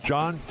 John